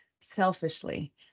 selfishly